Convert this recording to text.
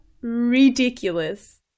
ridiculous